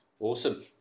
Awesome